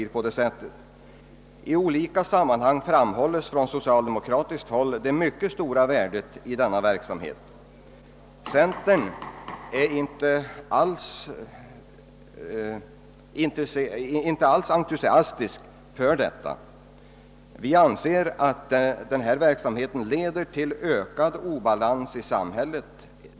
I olika sammanhang framhålls från socialdemokratiskt håll det mycket stora värdet av denna verksamhet. Centern är inte alls entusiastisk för den. Vi an :ser att denna verksamhet leder till ökad obalans i samhället.